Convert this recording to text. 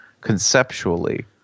conceptually